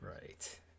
right